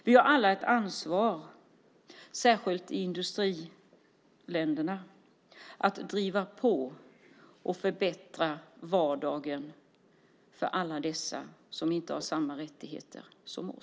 Vi har alla ett ansvar, särskilt i industriländerna, att driva på och förbättra vardagen för alla dessa som inte har samma rättigheter som vi.